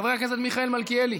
חבר הכנסת מיכאל מלכיאלי,